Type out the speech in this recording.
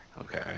Okay